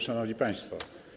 Szanowni Państwo!